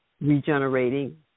regenerating